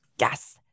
Yes